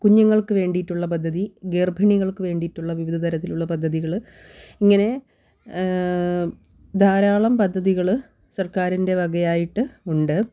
കുഞ്ഞുങ്ങൾക്ക് വേണ്ടീട്ടുള്ള പദ്ധതി ഗർഭിണികൾക്ക് വേണ്ടീട്ടുള്ള വിവിധതരത്തിലുള്ള പദ്ധതികൾ ഇങ്ങനെ ധാരാളം പദ്ധതികൾ സർക്കാരിൻ്റെ വകയായിട്ട് ഉണ്ട്